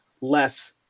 less